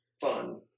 fun